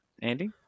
Andy